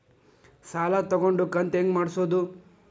ಸಾಲ ತಗೊಂಡು ಕಂತ ಹೆಂಗ್ ಮಾಡ್ಸೋದು?